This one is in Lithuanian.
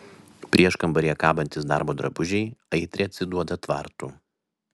prieškambaryje kabantys darbo drabužiai aitriai atsiduoda tvartu